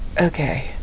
okay